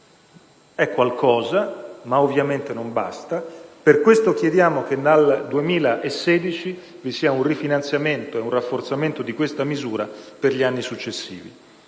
È qualcosa, ma ovviamente non basta: per questo chiediamo che dal 2016 vi sia un rifinanziamento e un rafforzamento di questa misura per gli anni successivi.